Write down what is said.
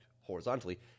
horizontally